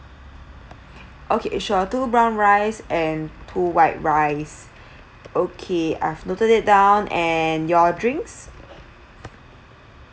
okay sure two brown rice and two white rice okay I've noted that down and your drinks